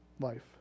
life